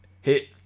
hit